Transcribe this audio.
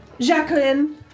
Jacqueline